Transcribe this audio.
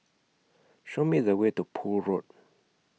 Show Me The Way to Poole Road